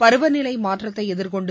பருவநிலை மாற்றத்தை எதிர்கொண்டு